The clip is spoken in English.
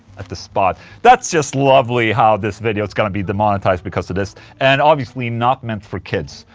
at the spot that's just lovely how this video is gonna be demonetized because of this and obviously not meant for kids,